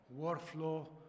workflow